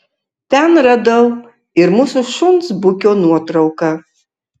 ten radau ir mūsų šuns bukio nuotrauką